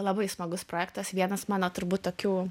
labai smagus projektas vienas mano turbūt tokių